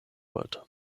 wollte